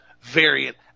variant